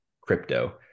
crypto